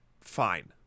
fine